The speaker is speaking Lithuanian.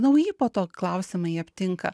nauji po to klausiamai aptinka